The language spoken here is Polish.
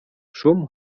szum